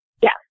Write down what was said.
Yes